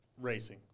racing